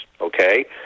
Okay